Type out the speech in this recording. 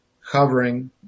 hovering